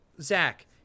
Zach